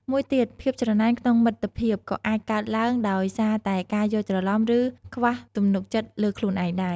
មួយទៀត ភាពច្រណែនក្នុងមិត្តភាពក៏អាចកើតឡើងដោយសារតែការយល់ច្រឡំ ឬខ្វះទំនុកចិត្តលើខ្លួនឯងដែរ។